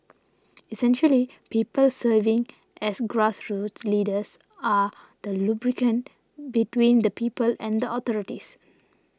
essentially people serving as grassroots leaders are the lubricant between the people and the authorities